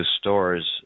stores